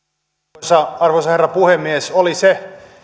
arvoisa arvoisa herra puhemies oli se